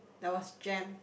there was jam